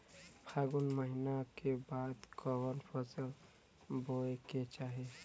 फागुन महीना के बाद कवन फसल बोए के चाही?